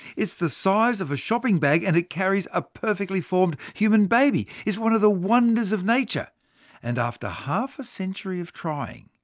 it's the size of a shopping bag, and carries a perfectly formed human baby. it's one of the wonders of nature and after half a century of trying,